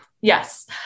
Yes